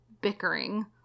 bickering